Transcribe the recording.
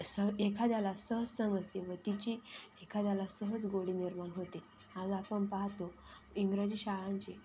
सहज एखाद्याला सहज समजते व तिची एखाद्याला सहज गोडी निर्माण होते आज आपण पाहतो इंग्रजी शाळांची